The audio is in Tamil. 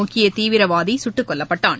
முக்கியத் தீவிரவாதி சுட்டுக்கொல்லப்பட்டான்